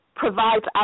provides